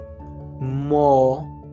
more